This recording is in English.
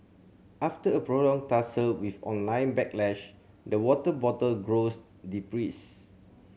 after a prolonged tussle with online backlash the water bottle grows depressed